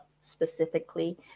specifically